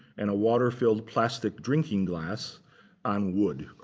and a water-filled plastic drinking glass on wood.